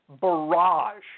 barrage